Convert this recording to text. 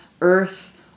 earth